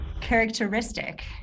characteristic